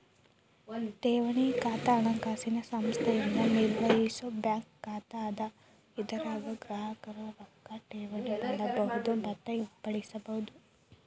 ಠೇವಣಿ ಖಾತಾ ಹಣಕಾಸಿನ ಸಂಸ್ಥೆಯಿಂದ ನಿರ್ವಹಿಸೋ ಬ್ಯಾಂಕ್ ಖಾತಾ ಅದ ಇದರಾಗ ಗ್ರಾಹಕರು ರೊಕ್ಕಾ ಠೇವಣಿ ಮಾಡಬಹುದು ಮತ್ತ ಹಿಂಪಡಿಬಹುದು